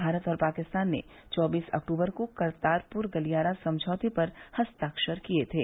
भारत और पाकिस्तान ने चौबीस अक्टूबर को करतारपुर गलियारा समझौते पर हस्ताक्षर किये थे